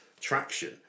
traction